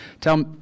tell